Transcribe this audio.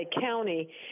County